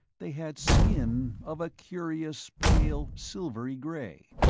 they had skin of a curious pale silvery gray,